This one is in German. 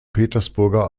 petersburger